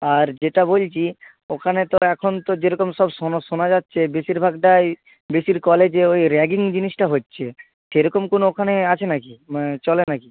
আর যেটা বলছি ওখানে তো এখন তো যেরকম সব শোনা যাচ্ছে বেশিরভাগটাই বেশির কলেজে ওই র্যাগিং জিনিসটা হচ্ছে সেরকম কোনো ওখানে আছে না কি মানে চলে না কি